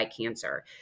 cancer